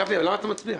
גפני, למה אתה מצביע?